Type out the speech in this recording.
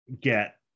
get